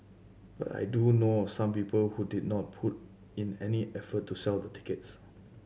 but I do know of some people who did not put in any effort to sell the tickets